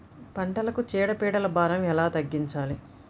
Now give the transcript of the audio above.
పంటలకు చీడ పీడల భారం ఎలా తగ్గించాలి?